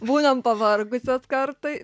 būnam pavargusios kartai